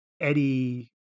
Eddie